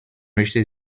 möchte